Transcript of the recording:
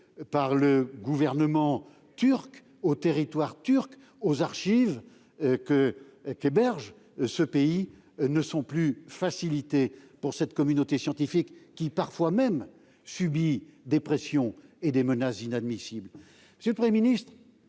par le gouvernement turc au territoire et aux archives turques n'est plus facilité ? Cette communauté scientifique subit même parfois des pressions et des menaces inadmissibles. Monsieur le Premier ministre,